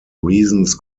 reasons